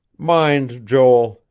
mind, joel,